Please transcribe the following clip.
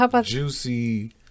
Juicy